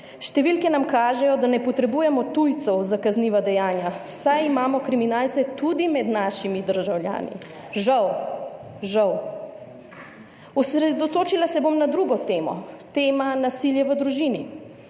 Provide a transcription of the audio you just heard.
Številke nam kažejo, da ne potrebujemo tujcev za kazniva dejanja, saj imamo kriminalce tudi med našimi državljani. Žal, žal. Osredotočila se bom na drugo temo, tema nasilje v družini.